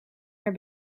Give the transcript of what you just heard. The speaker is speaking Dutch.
naar